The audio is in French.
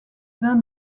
vins